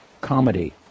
comedy